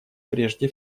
прежде